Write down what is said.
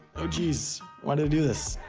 oh jeez, why did i do this.